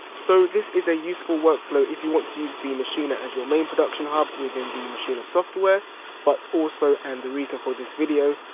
so this is a useful workflow if you want to use the maschine as your main production hub within the maschine software but also and the reason for this video,